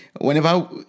whenever